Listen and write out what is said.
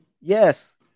Yes